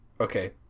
Okay